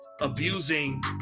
abusing